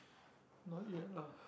not yet lah